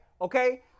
Okay